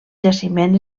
jaciment